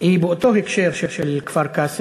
עם אותו הקשר של כפר-קאסם,